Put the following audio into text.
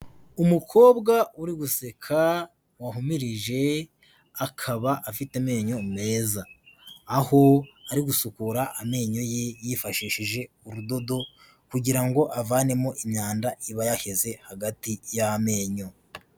Umukobwa uri guseka wahumirije, akaba afite amenyo meza, aho ari gusukura amenyo ye yifashishije urudodo kugira ngo avanemo imyanda iba yaheze hagati y'amenyo.